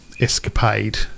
escapade